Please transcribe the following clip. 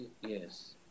Yes